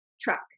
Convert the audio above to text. truck